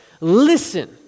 Listen